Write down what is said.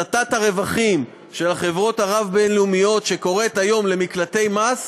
הסטת הרווחים של החברות הרב-לאומיות למקלטי מס